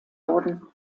wurden